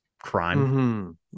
crime